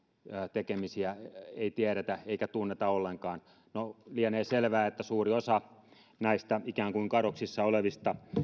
tekemisiä ei tiedetä eikä tunneta ollenkaan no lienee selvää että suuri osa näistä ikään kuin kadoksissa olevista